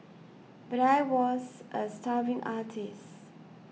but I was a starving artist